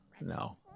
no